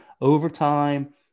overtime